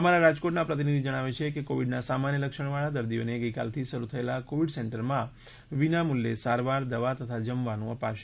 અમારા રાજકોટના પ્રતિનિધી જણાવે છે કે કોવીડના સામાન્ય લક્ષણવાળા દર્દીઓને ગઈકાલથી શરૂ થયેલા કોવીડ સેન્ટરમાં વિના મૂલ્યો સારવાર દવા તથા જમવાનું અપાશે